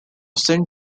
saint